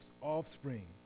offspring